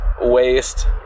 waste